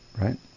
right